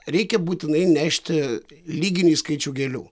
reikia būtinai nešti lyginį skaičių gėlių